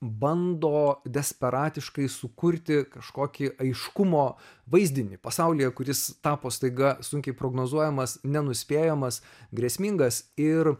bando desperatiškai sukurti kažkokį aiškumo vaizdinį pasaulyje kuris tapo staiga sunkiai prognozuojamas nenuspėjamas grėsmingas ir